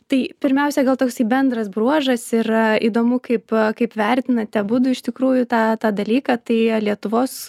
tai pirmiausia gal toksai bendras bruožas yra įdomu kaip kaip vertinate abudu iš tikrųjų tą tą dalyką tai lietuvos